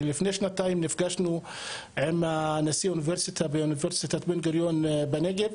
לפני שנתיים נפגשנו עם נשיא אוניברסיטת בן-גוריון בנגב,